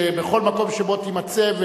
בכל מקום שבו תימצא,